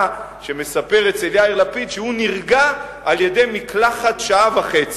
שמספר אצל יאיר לפיד שהוא נרגע על-ידי מקלחת שעה וחצי.